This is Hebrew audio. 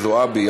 חנין זועבי,